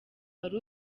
wari